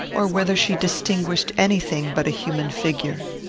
or whether she distinguished any thing but a human figure.